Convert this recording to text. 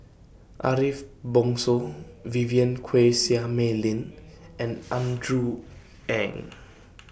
Ariff Bongso Vivien Quahe Seah Mei Lin and Andrew Ang